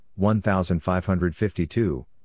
1552